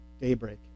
daybreak